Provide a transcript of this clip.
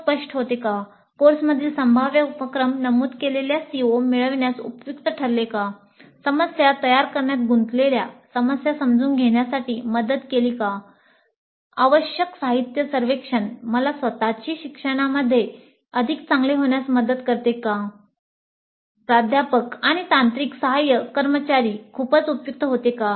"CO स्पष्ट होते" "कोर्समधील संभाव्य उपक्रम नमूद केलेल्या CO मिळविण्यास उपयुक्त ठरले" "समस्या तयार करण्यात गुंतलेल्या समस्या समजून घेण्यासाठी मला मदत केली" "प्राध्यापक आणि तांत्रिक सहाय्य कर्मचारी खूपच उपयुक्त होते"